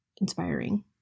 inspiring